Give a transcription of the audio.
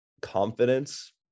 confidence